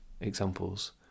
examples